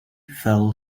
fell